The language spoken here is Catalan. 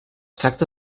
tracta